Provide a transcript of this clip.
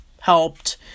helped